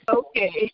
okay